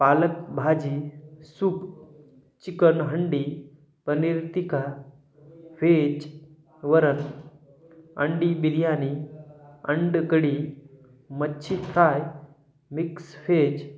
पालक भाजी soup chicken handi paneer tikka veg वरन अंडी बिर्याणी अंड कढी मच्छी फ्राय मिक्स व्हेज